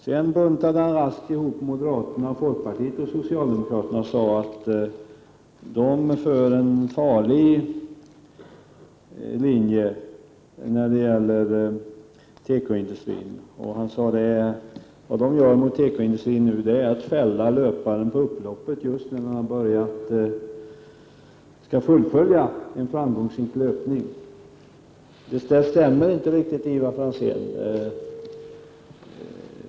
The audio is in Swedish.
Sedan buntade Ivar Franzén raskt ihop moderater, folkpartister och socialdemokrater och sade att de driver en farlig linje när det gäller tekoindustrin. Han sade att vad socialdemokraterna nu gör mot tekoindustrin kunde liknas vid att fälla en löpare på upploppet, när löparen just skall fullfölja en framgångsrik löpning. Detta stämmer inte riktigt, Ivar Franzén.